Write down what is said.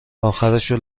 آخرشو